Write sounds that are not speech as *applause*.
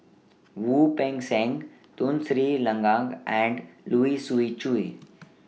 Wu Peng Seng Tun Sri Lanang and *unintelligible* Siu Chiu